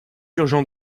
urgent